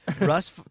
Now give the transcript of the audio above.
Russ